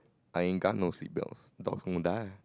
I ain't got no seatbelt dog's gonna die